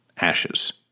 Ashes